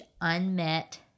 unmet